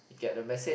get the message